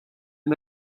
nhw